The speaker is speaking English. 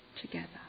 together